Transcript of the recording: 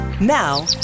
Now